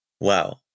Wow